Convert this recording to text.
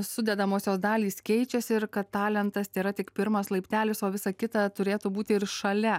sudedamosios dalys keičiasi ir kad talentas tėra tik pirmas laiptelis o visa kita turėtų būti ir šalia